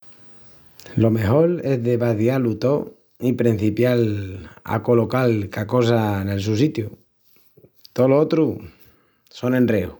Lo mejol es de vaziá-lu tó i prencipial a acolocal ca cosa nel su sitiu. Tolo otru son enreus.